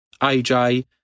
AJ